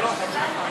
לא.